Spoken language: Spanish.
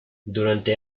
durante